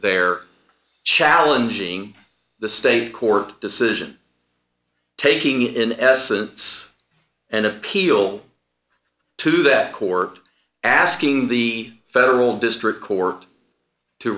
there challenging the state court decision taking in essence an appeal to that court asking the federal district court to